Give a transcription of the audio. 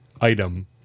item